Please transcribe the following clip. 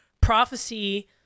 Prophecy